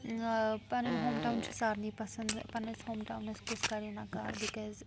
ٲں پنُن home town چھُ سارنٕے پَسنٛد پَننِس ہوم ٹاونَس کُس کَرِ نکار بِکاز